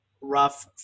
rough